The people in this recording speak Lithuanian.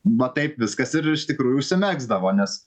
va taip viskas ir iš tikrųjų užsimegzdavo nes